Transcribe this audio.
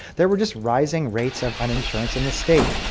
there were just rising rates of uninsurance in the state.